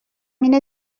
اینه